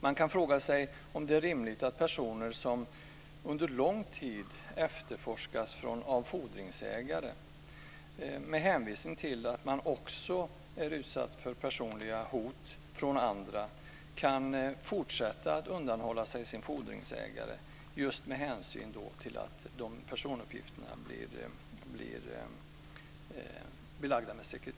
Man kan fråga sig om det är rimligt att personer som under lång tid efterforskas av fordringsägare med hänvisning till att de också är utsatta från personliga hot från andra kan fortsätta att undanhålla sig sin fordringsägare just på grund av att personuppgifterna blir belagda med sekretess.